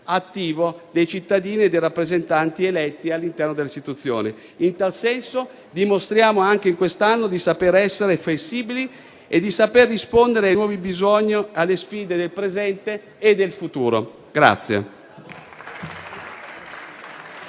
attivo dei cittadini e dei rappresentanti eletti all'interno delle istituzioni. In tal senso, dimostriamo anche quest'anno di saper essere flessibili e di saper rispondere ai nuovi bisogni, alle sfide del presente e del futuro.